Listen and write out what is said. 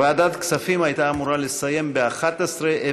ועדת כספים הייתה אמורה לסיים ב-11:00.